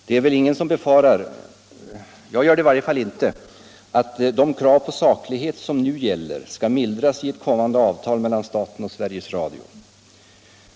Det är väl ingen som befarar — jag gör det i varje fall inte — att de krav på saklighet som nu gäller skall mildras i ett kommande avtal mellan staten och Sveriges Radio.